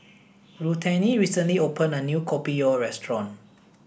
Ruthanne recently opened a new Kopi o restaurant